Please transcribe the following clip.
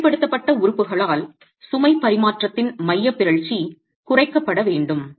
மிகைப்படுத்தப்பட்ட உறுப்புகளால் சுமை பரிமாற்றத்தின் மையப் பிறழ்ச்சி குறைக்கப்பட வேண்டும்